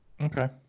Okay